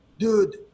dude